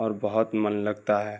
اور بہت من لگتا ہے